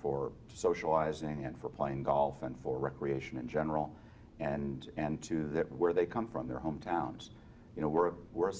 for socializing and for playing golf and for recreation in general and and to that where they come from their hometowns you know we're we're a